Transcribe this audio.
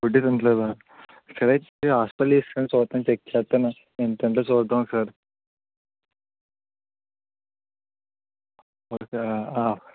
food తినట్లేదా సరే అయితే హాస్పిటల్కి తీసుకొని రాండి చూస్తాను చెక్ చేత్తాను ఏంటి అయ్యిందో చూద్దాం ఒకసారి